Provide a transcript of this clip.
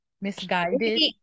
Misguided